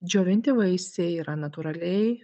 džiovinti vaisiai yra natūraliai